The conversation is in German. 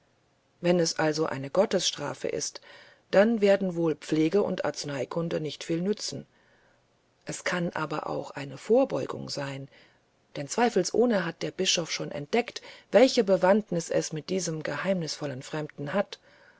wenn es also eine gottesstrafe ist dann werden wohl pflege und arzeneikunde nicht viel nützen es kann aber auch eine vorbeugung sein denn zweifelsohne hat der bischof schon entdeckt welche bewandtnis es mit diesem geheimnisvollen fremden hat